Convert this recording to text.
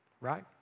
Right